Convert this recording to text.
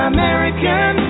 American